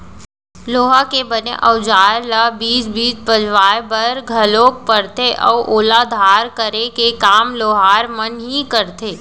लोहा के बने अउजार ल बीच बीच पजवाय बर घलोक परथे अउ ओला धार करे के काम लोहार मन ही करथे